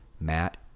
Matt